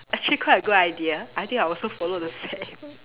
actually quite a good idea I think I also follow the same